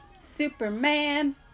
Superman